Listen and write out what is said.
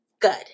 Good